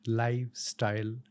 lifestyle